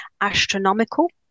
astronomical